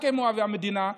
רק הם אוהבי המדינה,